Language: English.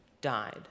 died